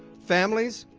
families,